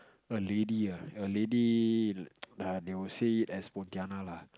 a lady ah a lady they would say it as Pontianak lah